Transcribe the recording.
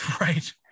Right